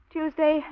Tuesday